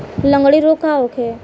लगंड़ी रोग का होखे?